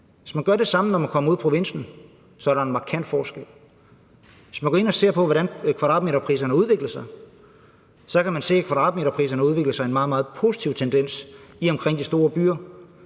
Hvis man gør det samme, når man søger i provinsen, kan man se, at der er en markant forskel. Hvis man går ind og ser på, hvordan kvadratmeterpriserne har udviklet sig, så kan man konstatere, at de har udviklet sig i en meget, meget positiv retning i og omkring de store byer,